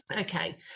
Okay